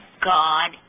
God